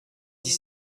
dix